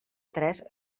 tres